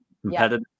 competitive